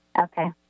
Okay